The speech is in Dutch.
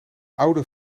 oude